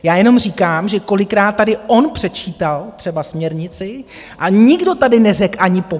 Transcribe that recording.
Já jenom říkám, že kolikrát tady on předčítal třeba směrnici, a nikdo tady neřekl ani popel.